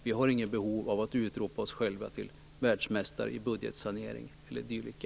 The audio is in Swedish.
Vi har inget behov av att utropa oss själva till världsmästare i budgetsanering eller dylikt.